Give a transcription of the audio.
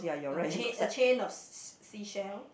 a chain a chain of s~ s~ seashell